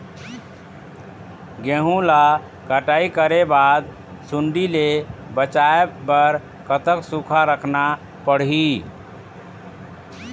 गेहूं ला कटाई करे बाद सुण्डी ले बचाए बर कतक सूखा रखना पड़ही?